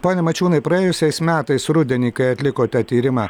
pone mačiūnai praėjusiais metais rudenį kai atlikote tyrimą